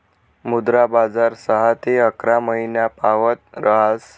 मुद्रा बजार सहा ते अकरा महिनापावत ऱहास